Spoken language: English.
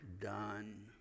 done